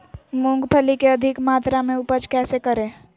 मूंगफली के अधिक मात्रा मे उपज कैसे करें?